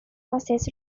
process